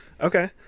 Okay